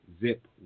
ZIP